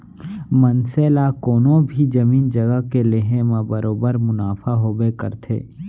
मनसे ला कोनों भी जमीन जघा के लेहे म बरोबर मुनाफा होबे करथे